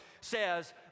says